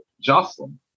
Jocelyn